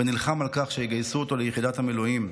ונלחם על כך שיגייסו אותו ליחידת המילואים.